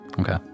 Okay